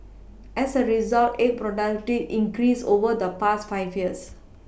as a result egg productivity increased over the past five years